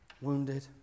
wounded